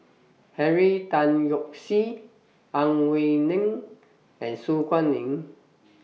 Henry Tan Yoke See Ang Wei Neng and Su Guaning